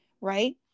right